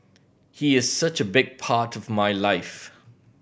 he is such a big part of my life